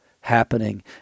happening